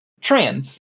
trans